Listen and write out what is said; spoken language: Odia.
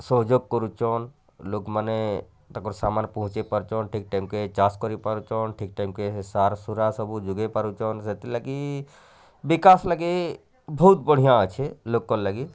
ସହଯୋଗ କରୁଛନ୍ ଲୋକମାନେ ତାଙ୍କର ସାମାନ୍ ପହଞ୍ଚେଇ ପାରୁଛନ୍ ଠିକ୍ ଟାଇମ୍ କେ ଚାଷ କରିପାରୁଛନ୍ ଠିକ୍ ଟାଇମ୍ କେ ସାର୍ ସୁରା ସବୁ ଯୋଗେଇ ପାରୁଛନ୍ ସେଥିଲାଗି ବିକାଶ ଲାଗି ବହୁତ ବଡ଼ିଆ ଅଛି ଲୋକ ଲାଗି